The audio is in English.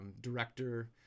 director